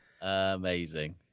Amazing